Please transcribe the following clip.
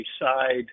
side